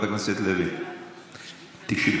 תיגשי,